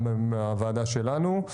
גם בוועדה שלנו.